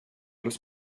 los